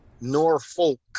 Norfolk